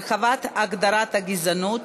הרחבת הגדרת הגזענות),